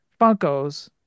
Funkos